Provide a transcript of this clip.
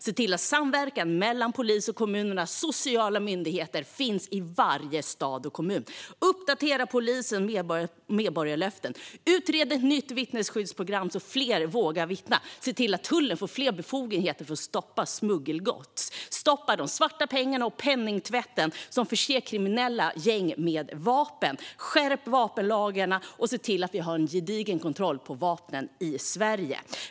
Se till att samverkan mellan polis, kommuner och sociala myndigheter finns i varje stad och kommun! Uppdatera polisens medborgarlöften! Utred ett nytt vittnesskyddsprogram, så att fler vågar vittna! Se till att tullen får större befogenheter för att stoppa smuggelgods! Stoppa de svarta pengarna och penningtvätten som förser kriminella gäng med vapen! Skärp vapenlagarna, och se till att vi har en gedigen kontroll på vapnen i Sverige!